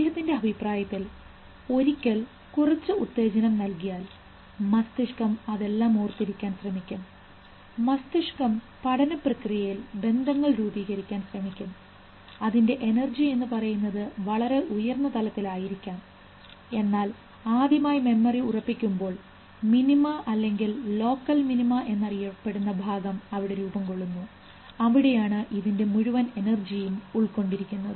അദ്ദേഹത്തിൻറെ അഭിപ്രായത്തിൽ ഒരിക്കൽ കുറച്ച് ഉത്തേജനം നൽകിയാൽ മസ്തിഷ്കം അതെല്ലാം ഓർത്തിരിക്കാൻ ശ്രമിക്കും മസ്തിഷ്കം പഠനപ്രക്രിയയിൽ ബന്ധങ്ങൾ രൂപീകരിക്കാൻ ശ്രമിക്കും അതിൻറെ എനർജി എന്ന് പറയുന്നത് വളരെ ഉയർന്ന തലത്തിലുള്ള ആയിരിക്കാം എന്നാൽ ആദ്യമായി മെമ്മറി ഉറപ്പിക്കുമ്പോൾ മിനിമ അല്ലെങ്കിൽ ലോക്കൽ മിനിമ എന്നറിയപ്പെടുന്ന ഭാഗം അവിടെ രൂപംകൊള്ളുന്നു അവിടെയാണ് ഇതിൻറെ മുഴുവൻ എനർജിയും ഉൾക്കൊണ്ടിരിക്കുന്നത്